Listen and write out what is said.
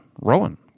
Rowan